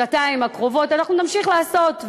שנתיים הקרובות אנחנו נמשיך לעשות,